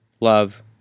Love